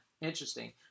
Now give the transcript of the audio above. interesting